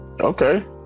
Okay